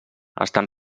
estan